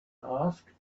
asked